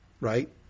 right